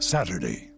Saturday